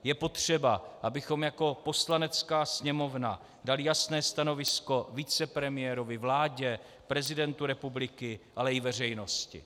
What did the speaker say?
Je potřeba, abychom jako Poslanecká sněmovna dali jasné stanovisko vicepremiérovi, vládě, prezidentu republiky, ale i veřejnosti.